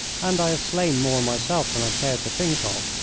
and i have slain more myself than i care to think of,